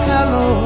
Hello